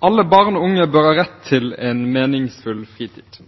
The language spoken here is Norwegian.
alle barn og unge bør ha rett til en meningsfull fritid,